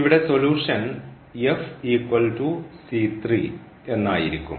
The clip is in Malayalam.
ഇവിടെ സൊലൂഷൻ എന്നായിരിക്കും